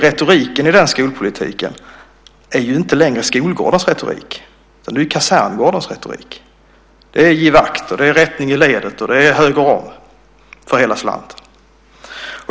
Retoriken i den skolpolitiken är inte längre skolgårdens retorik utan kaserngårdens. Det är givakt, rättning i ledet och höger om för hela slanten.